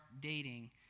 dating